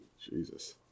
Jesus